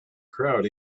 crowd